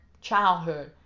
childhood